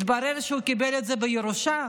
התברר שהוא קיבל את זה בירושה,